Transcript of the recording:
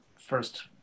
first